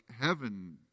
heaven